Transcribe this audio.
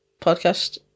podcast